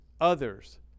others